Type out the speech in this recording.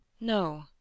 No